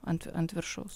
ant ant viršaus